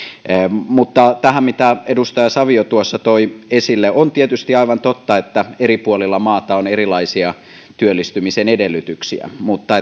mutta tähän mitä edustaja savio toi esille on tietysti aivan totta että eri puolilla maata on erilaisia työllistymisen edellytyksiä mutta